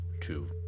two